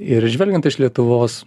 ir žvelgiant iš lietuvos